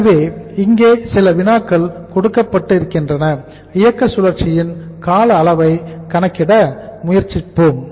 எனவே இங்கே சில வினாக்கள் கொடுக்கப்பட்டிருக்கின்றன இயக்க சுழற்சியின் கால அளவை கணக்கிட முயற்சிப்போம்